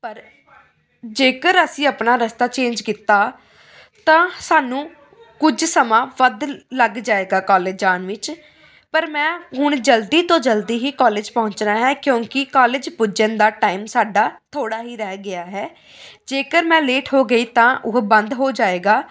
ਪਰ ਜੇਕਰ ਅਸੀਂ ਆਪਣਾ ਰਸਤਾ ਚੇਂਜ ਕੀਤਾ ਤਾਂ ਸਾਨੂੰ ਕੁਝ ਸਮਾਂ ਵੱਧ ਲੱਗ ਜਾਵੇਗਾ ਕਾਲਜ ਜਾਣ ਵਿੱਚ ਪਰ ਮੈਂ ਹੁਣ ਜਲਦੀ ਤੋਂ ਜਲਦੀ ਹੀ ਕੋਲੇਜ ਪਹੁੰਚਣਾ ਹੈ ਕਿਉਂਕਿ ਕਾਲਜ ਪੁੱਜਣ ਦਾ ਟਾਈਮ ਸਾਡਾ ਥੋੜ੍ਹਾ ਹੀ ਰਹਿ ਗਿਆ ਹੈ ਜੇਕਰ ਮੈਂ ਲੇਟ ਹੋ ਗਈ ਤਾਂ ਉਹ ਬੰਦ ਹੋ ਜਾਵੇਗਾ